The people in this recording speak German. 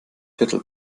viertel